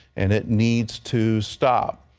and it needs to stop.